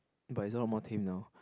but it's a lot more tamed now